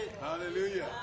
Hallelujah